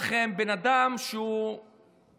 תארו לכם בן אדם שהוא מבוגר